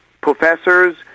professors